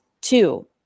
two